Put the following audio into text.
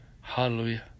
Hallelujah